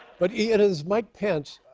but it is mike pence,